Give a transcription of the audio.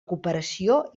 cooperació